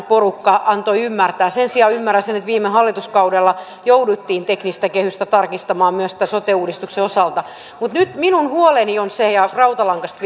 porukka antoi ymmärtää sen sijaan ymmärrän sen että viime hallituskaudella jouduttiin teknistä kehystä tarkistamaan myös tämän sote uudistuksen osalta mutta nyt minun huoleni on se rautalangasta